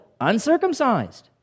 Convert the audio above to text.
uncircumcised